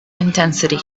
intensity